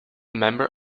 member